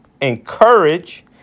encourage